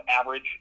average